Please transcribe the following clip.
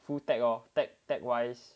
full tech lor tech tech wise